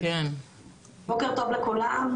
בוקר טוב לכולם,